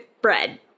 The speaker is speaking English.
bread